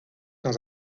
dans